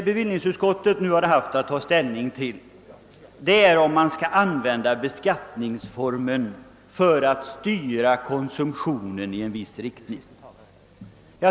Bevillningsutskottet har haft att ta ställning till frågan om beskattningen skall användas för att styra konsumtionen i en viss riktning.